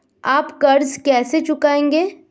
आप कर्ज कैसे चुकाएंगे?